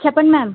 చెప్పండి మ్యామ్